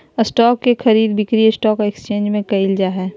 stock के खरीद बिक्री स्टॉक एकसचेंज में क़इल जा हइ